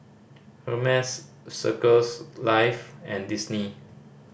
Hermes Circles Life and Disney